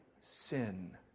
sin